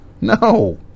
No